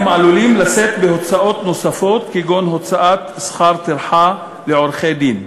הם עלולים לשאת בהוצאות נוספות כגון הוצאת שכר טרחה לעורכי-דין.